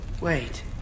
Wait